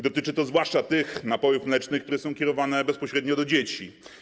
Dotyczy to zwłaszcza tych napojów mlecznych, które są przeznaczone bezpośrednio dla dzieci.